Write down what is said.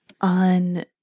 On